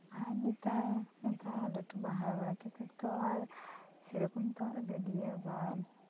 ᱟᱨ ᱱᱮᱛᱟᱨ ᱞᱟᱹᱴᱩ ᱦᱟᱨᱟ ᱵᱟᱲᱟ ᱠᱟᱛᱮᱜ ᱫᱚ ᱟᱨ ᱥᱮᱨᱚᱠᱚᱢ ᱛᱚ ᱜᱟᱹᱰᱭᱟᱹ ᱵᱟ